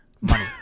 Money